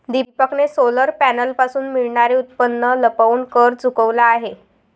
दीपकने सोलर पॅनलपासून मिळणारे उत्पन्न लपवून कर चुकवला आहे